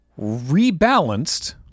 rebalanced